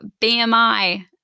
BMI